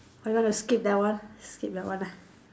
or you want to skip that one skip that one ah